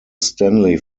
stanley